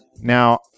Now